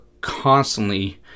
constantly